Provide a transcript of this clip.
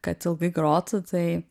kad ilgai grotų tai